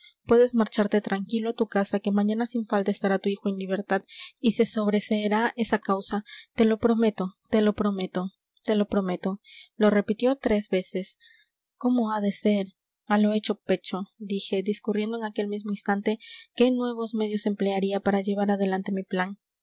puedes marcharte tranquilo a tu casa que mañana sin falta estará tu hijo en libertad y se sobreseerá esa causa te lo prometo te lo prometo te lo prometo lo repitió tres veces cómo ha de ser a lo hecho pecho dije discurriendo en aquel mismo instante qué nuevos medios emplearía para llevar adelante mi plan